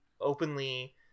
openly